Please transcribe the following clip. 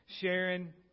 Sharon